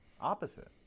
Opposite